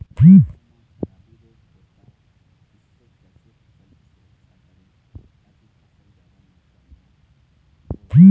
गेहूं म खराबी रोग होता इससे कैसे फसल की सुरक्षा करें ताकि फसल जादा मात्रा म हो?